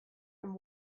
and